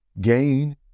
gain